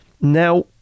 Now